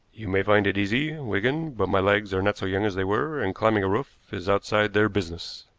you may find it easy, wigan, but my legs are not so young as they were, and climbing a roof is outside their business.